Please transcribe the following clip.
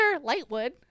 Lightwood